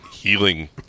healing